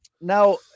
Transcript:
Now